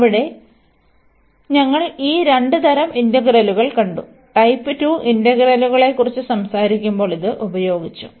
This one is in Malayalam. അവിടെ ഞങ്ങൾ ഈ രണ്ട് തരം ഇന്റഗ്രലുകൾ കണ്ടു ടൈപ്പ് 2 ഇന്റഗ്രലുകളെക്കുറിച്ച് സംസാരിക്കുമ്പോൾ ഇത് ഉപയോഗിച്ചു